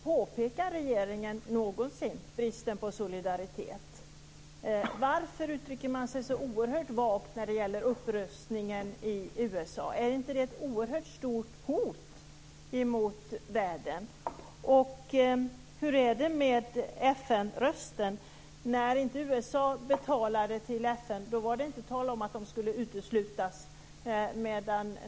Påtalar regeringen någonsin bristen på solidaritet? Varför uttrycker man sig så vagt om upprustningen i USA? Är inte den ett oerhört stort hot mot världen? Hur är det med FN-rösten? När USA inte betalade till FN var det inte tal om att man skulle uteslutas.